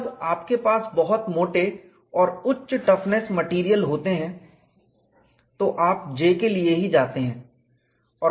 जब आपके पास बहुत मोटे और उच्च टफनेस मटेरियल होते हैं तो आप J के लिए ही जाते हैं